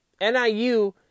NIU